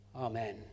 Amen